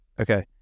Okay